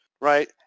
Right